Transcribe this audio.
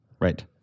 right